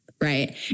Right